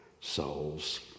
souls